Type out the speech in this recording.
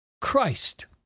Christ